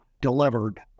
delivered